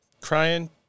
Crying